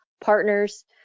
partners